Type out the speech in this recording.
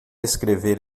escrever